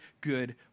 good